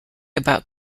about